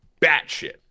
batshit